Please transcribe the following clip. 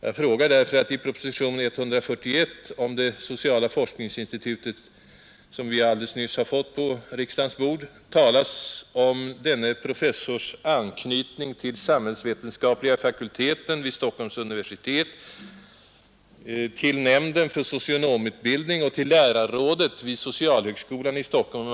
Jag frågar därför att i propositionen 141 om det sociala forskningsinstitutet, som vi alldeles nyss har fått på riksdagens bord, talas om denne professors anknytning till samhällsvetenskapliga fakulteten vid Stockholms universitet, till nämnden för socionomutbildning och till lärarrådet vid Socialhögskolan i Stockholm.